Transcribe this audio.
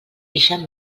ixen